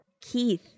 Keith